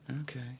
Okay